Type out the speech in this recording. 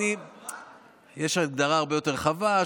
יש הגדרה הרבה יותר רחבה,